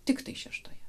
tiktai šeštoje